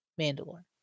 Mandalore